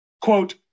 quote